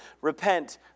Repent